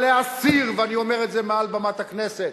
אבל להסיר, ואני אומר את זה מעל במת הכנסת,